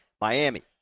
Miami